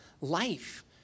life